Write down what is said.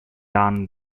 done